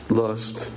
lust